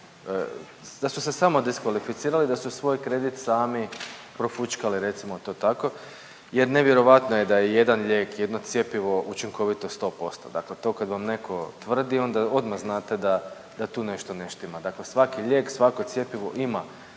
da su se samodiskvalificirali i da su svoj kredit sami profućkali, recimo to tako jer nevjerojatno je da je jedan lijek, jedno cjepivo učinkovito 100%, dakle to kad vam netko tvrdi, onda odmah znate da tu nešto ne štima, dakle svaki lijek, svako cjepivo ima